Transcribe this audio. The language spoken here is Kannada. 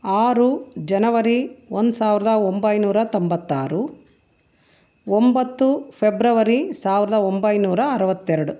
ಆರು ಜನವರಿ ಒಂದು ಸಾವಿರದ ಒಂಬೈನೂರ ತೊಂಬತ್ತಾರು ಒಂಬತ್ತು ಫೆಬ್ರವರಿ ಸಾವಿರದ ಒಂಬೈನೂರ ಅರುವತ್ತೆರಡು